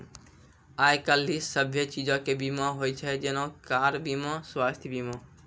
आइ काल्हि सभ्भे चीजो के बीमा होय छै जेना कार बीमा, स्वास्थ्य बीमा